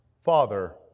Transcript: father